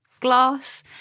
glass